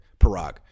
Parag